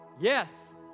Yes